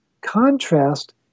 contrast